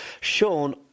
Sean